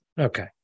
Okay